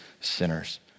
sinners